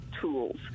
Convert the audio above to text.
tools